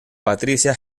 patricia